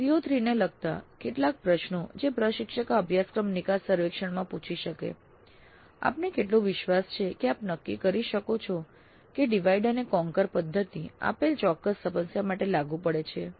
CO3 ને લગતા કેટલાક પ્રશ્નો જે પ્રશિક્ષક આ અભ્યાસક્રમ નિકાસ સર્વેક્ષણમાં પૂછી શકે છે આપને કેટલો વિશ્વાસ છે કે આપ નક્કી કરી શકો છો કે ડિવાઈડ એન્ડ કોન્કર પદ્ધતિ આપેલ ચોક્કસ સમસ્યા માટે લાગુ પડે છે